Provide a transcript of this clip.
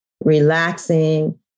relaxing